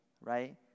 right